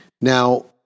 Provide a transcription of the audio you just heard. Now